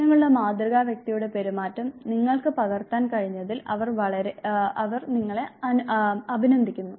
നിങ്ങളുടെ മാതൃകാ വ്യക്തിയുടെ പെരുമാറ്റം നിങ്ങൾക്ക് പകർത്താൻ കഴിഞ്ഞതിൽ അവർ നിങ്ങളെ അഭിനന്ദിക്കുന്നു